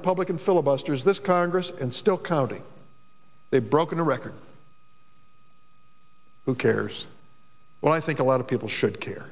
republican filibusters this congress and still counting they've broken a record who cares well i think a lot of people should care